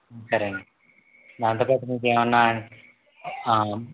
సరే అండీ దాంతో పాటు మీకేమన్నా